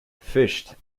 fished